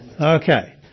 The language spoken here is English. Okay